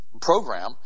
program